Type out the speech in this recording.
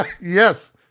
Yes